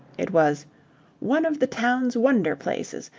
it was one of the town's wonder-places,